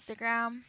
instagram